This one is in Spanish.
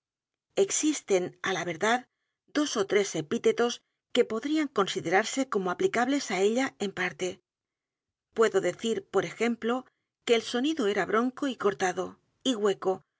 existen á la verdad dos ó tres epítetos que podrían conside rarse como aplicables á ella en parte puedo decir por ejemplo que el sonido era bronco y cortado y hueco